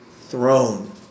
throne